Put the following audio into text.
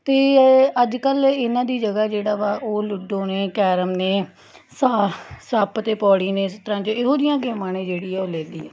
ਅਤੇ ਅੱਜ ਕੱਲ੍ਹ ਇਹਨਾਂ ਦੀ ਜਗ੍ਹਾ ਜਿਹੜਾ ਵਾ ਉਹ ਲੂਡੋ ਨੇ ਕੈਰਮ ਨੇ ਸਾ ਸੱਪ ਅਤੇ ਪੌੜੀ ਨੇ ਇਸ ਤਰ੍ਹਾਂ ਦੇ ਇਹੋ ਜਿਹੀਆਂ ਗੇਮਾਂ ਨੇ ਜਿਹੜੀ ਆ ਉਹ ਲੈ ਲਈ ਹੈ